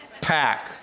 pack